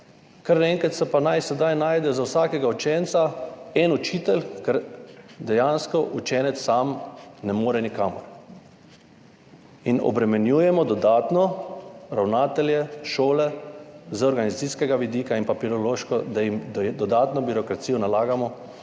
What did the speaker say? kar naenkrat se pa naj sedaj najde za vsakega učenca en učitelj, ker dejansko učenec sam ne more nikamor. In obremenjujemo dodatno ravnatelje, šole, z organizacijskega vidika in papirološko, da jim dodatno birokracijo nalagamo